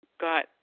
got